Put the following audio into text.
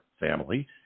family